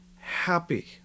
happy